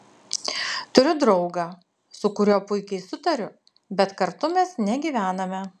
turiu draugą su kuriuo puikiai sutariu bet kartu mes negyvename